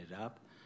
up